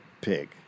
pig